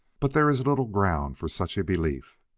but there is little ground for such a belief.